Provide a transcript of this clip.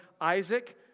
Isaac